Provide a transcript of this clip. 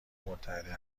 متحده